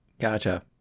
Gotcha